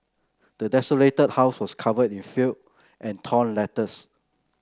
the desolated house was covered in filth and torn letters